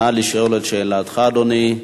נא לשאול את שאלתך, אדוני.